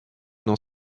dans